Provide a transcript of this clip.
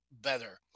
better